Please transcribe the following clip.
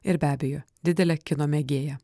ir be abejo didele kino mėgėja